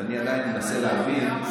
ואני עדיין מנסה להבין,